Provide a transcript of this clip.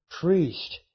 priest